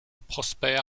prosper